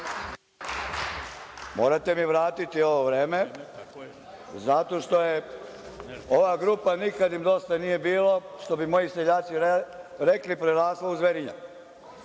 Morate mi vratiti ovo vreme, zato što je ova grupa nikad im dosta nije bilo, što bi moji seljaci rekli, prerasla u zverinjak.